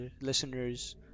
listeners